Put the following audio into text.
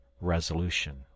resolution